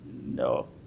No